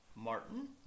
Martin